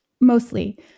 Mostly